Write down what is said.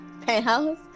Penthouse